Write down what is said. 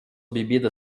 bebida